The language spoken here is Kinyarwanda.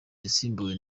yasimbuwe